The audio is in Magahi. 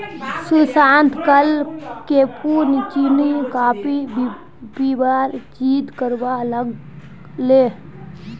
सुशांत कल कैपुचिनो कॉफी पीबार जिद्द करवा लाग ले